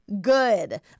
good